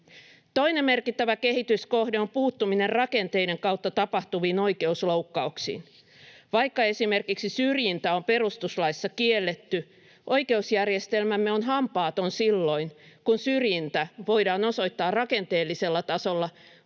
Toinen merkittävä kehityskohde on puuttuminen rakenteiden kautta tapahtuviin oikeusloukkauksiin. Vaikka esimerkiksi syrjintä on perustuslaissa kielletty, oikeusjärjestelmämme on hampaaton silloin, kun syrjintä voidaan osoittaa rakenteellisella tasolla,